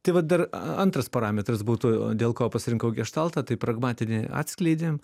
tai vat dar a antras parametras būtų dėl ko pasirinkau geštaltą tai pragmatinį atskleidėm